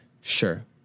sure